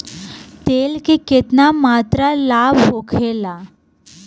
तेल के केतना मात्रा लाभ होखेला?